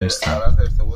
نیستم